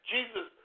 Jesus